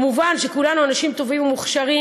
מובן שכולנו אנשים טובים ומוכשרים,